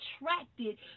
attracted